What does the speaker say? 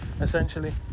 essentially